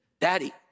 daddy